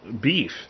beef